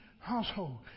household